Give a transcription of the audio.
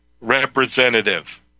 representative